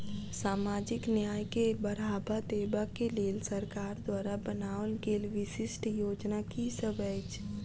सामाजिक न्याय केँ बढ़ाबा देबा केँ लेल सरकार द्वारा बनावल गेल विशिष्ट योजना की सब अछि?